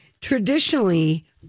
traditionally